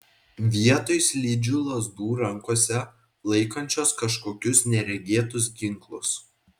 vietoj slidžių lazdų rankose laikančios kažkokius neregėtus ginklus